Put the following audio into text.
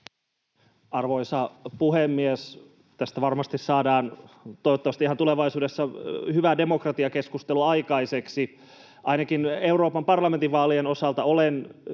Arvoisa puhemies! Tästä varmasti saadaan, toivottavasti ihan tulevaisuudessa, hyvää demokratiakeskustelua aikaiseksi. Ainakin Euroopan parlamentin vaalien osalta olen pitänyt